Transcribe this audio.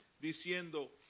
diciendo